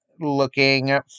looking